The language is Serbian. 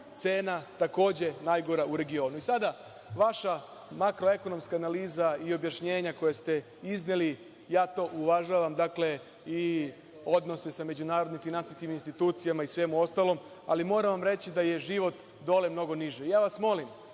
cena takođe najgora u regionu. Sada, vaša makro-ekonomska analiza i objašnjenja koja ste izneli, ja to uvažavam, dakle, i odnose sa međunarodnim finansijskim institucijama i svemu ostalom, ali moram vam reći da je život dole mnogo niži. Ja vas molim,